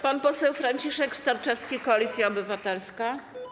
Pan poseł Franciszek Sterczewski, Koalicja Obywatelska.